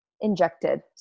injected